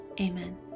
Amen